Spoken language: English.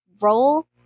Roll